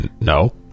No